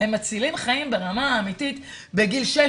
הם מצילים חיים ברמה אמיתית בגיל 6,